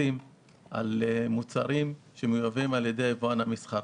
מתבססים על מוצרים שמיובאים על ידי היבואן המסחרי.